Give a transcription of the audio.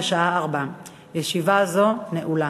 בשעה 16:00. ישיבה זו נעולה.